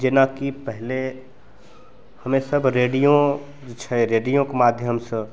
जेनाकि पहिले हमेसभ रेडियो जे छै रेडियोके माध्यमसे